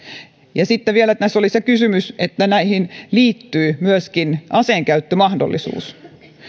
sitten vielä tässä oli se kysymys että näihin liittyy myöskin aseenkäyttömahdollisuus